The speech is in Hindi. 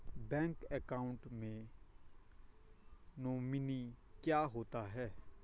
बैंक अकाउंट में नोमिनी क्या होता है?